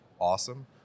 awesome